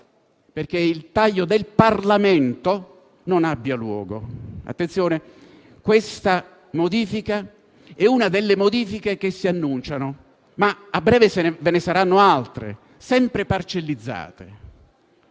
perché il taglio del Parlamento non abbia luogo. Attenzione, questa è una delle modifiche che si annunciano, ma a breve ce ne saranno altre, sempre parcellizzate.